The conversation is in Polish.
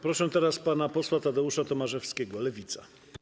Proszę pana posła Tadeusza Tomaszewskiego, Lewica.